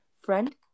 friend